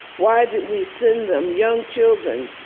why did we send them, young children,